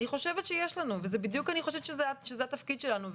אני חושבת שיש לנו וזה בדיוק אני חושבת שזה התפקיד שלנו,